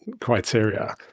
criteria